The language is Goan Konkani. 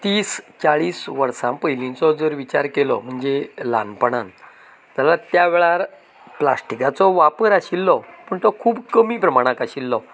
तीस चाळीस वर्सां पयलीचो जर विचार केलो म्हणजे ल्हानपणांत जाल्यार त्या वेळार प्लास्टीकाचो वापर आशिल्लो पूण तो खूब कमी प्रमाणांत आशिल्लो